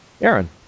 Aaron